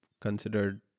considered